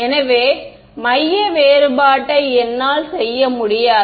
எனவே மைய வேறுபாட்டை என்னால் செய்ய முடியாது